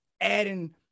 adding